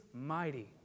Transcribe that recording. mighty